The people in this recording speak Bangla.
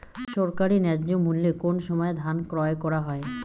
সরকারি ন্যায্য মূল্যে কোন সময় ধান ক্রয় করা হয়?